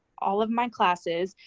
all of my classes,